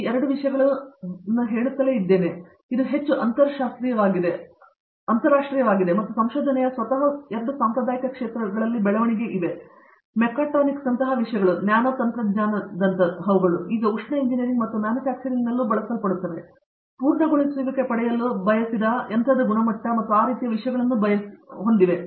ಆದ್ದರಿಂದ ಈ 2 ವಿಷಯಗಳು ಹೇಳುತ್ತಲೇ ಇವೆ ಇದು ಹೆಚ್ಚು ಅಂತರಸ್ತ್ರೀಯವಾಗಿದೆ ಮತ್ತು ಸಂಶೋಧನೆಯ ಸ್ವತಃ ಸಾಂಪ್ರದಾಯಿಕ ಕ್ಷೇತ್ರಗಳಲ್ಲಿ ಬೆಳವಣಿಗೆಗಳು ಇವೆ ಮೆಕಾಟ್ರಾನಿಕ್ಸ್ನಂತಹ ವಿಷಯಗಳು ನ್ಯಾನೊತಂತ್ರಜ್ಞಾನದಂತಹವುಗಳು ಈಗ ಉಷ್ಣ ಇಂಜಿನಿಯರಿಂಗ್ ಮತ್ತು ಮ್ಯಾನುಫ್ಯಾಕ್ಚರಿಂಗ್ನಲ್ಲಿಯೂ ಬಳಸಲ್ಪಡುತ್ತವೆ ಪೂರ್ಣಗೊಳಿಸುವಿಕೆ ಪಡೆಯಲು ಬಯಸಿದ ಯಂತ್ರದ ಗುಣಮಟ್ಟ ಮತ್ತು ಆ ರೀತಿಯ ವಿಷಯಗಳನ್ನು ಬಯಸಿದೆ